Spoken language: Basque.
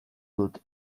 dut